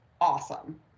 awesome